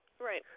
Right